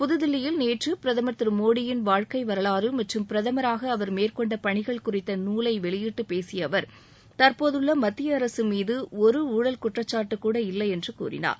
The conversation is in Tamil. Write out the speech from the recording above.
புதுதில்லியில் நேற்று பிரதமா் திரு மோடியின் வாழ்க்கை வரலாறு மற்றும் பிரதமராக அவா் மேற்கொண்ட பணிகள் குறித்த நூலை வெளியிட்டு பேசிய அவர் தற்போதுள்ள மத்திய அரசு மீது ஒரு ஊழல் குற்றச்சாட்டு கூட இல்லை என்று கூறினார்